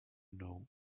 know